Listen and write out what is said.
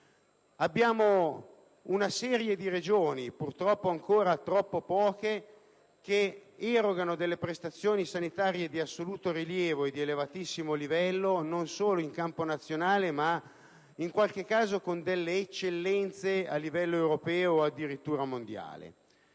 registrano una serie di Regioni, purtroppo ancora troppo poche, che erogano prestazioni sanitarie di assoluto rilievo e di elevatissimo livello non solo in campo nazionale ma in qualche caso con delle eccellenze al livello europeo o addirittura mondiale.